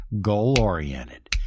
goal-oriented